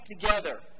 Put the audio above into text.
together